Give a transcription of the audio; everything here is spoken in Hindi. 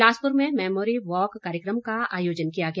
बिलासपुर में मैमोरी वॉक कार्यक्रम का आयोजन किया गया